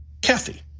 Kathy